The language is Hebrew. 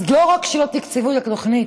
אז לא רק שלא תקצבו את התוכנית,